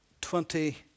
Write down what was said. twenty